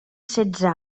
setze